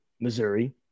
Missouri